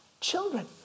children